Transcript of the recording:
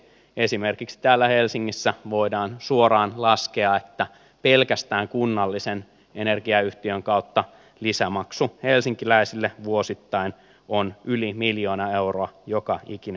esimerkiksi täällä helsingissä voidaan suoraan laskea että pelkästään kunnallisen energiayhtiön kautta lisämaksu helsinkiläisille vuosittain on yli miljoona euroa joka ikinen vuosi